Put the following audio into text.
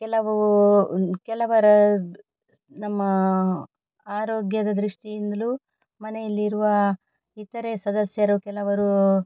ಕೆಲವು ಕೆಲವರು ನಮ್ಮ ಆರೋಗ್ಯದ ದೃಷ್ಟಿಯಿಂದಲೂ ಮನೆಯಲ್ಲಿರುವ ಇತರೆ ಸದಸ್ಯರು ಕೆಲವರು